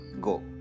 go